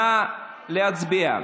נא להצביע.